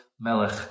Melech